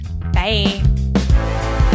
Bye